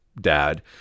dad